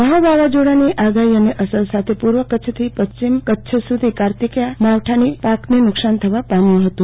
મહાવાઝોડાની આગાહી અને અસર સાથે પુર્વ કચ્છથી પચ્છિમ કચ્છ સુધી કાસ્તકીયા માવઠા સાથે પાકને નુકશાન થવા પાપ્યુ હતું